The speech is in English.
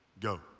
Go